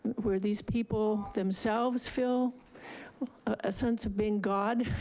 where these people themselves feel a sense of being god,